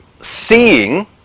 seeing